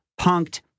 punked